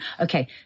Okay